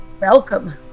welcome